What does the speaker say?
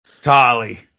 Tolly